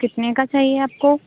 कितने का चाहिए आपको